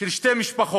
של שתי משפחות